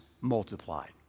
multiplied